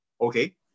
Okay